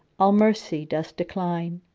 all mercy dost decline.